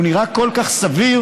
הוא נראה כל כך סביר.